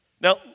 Now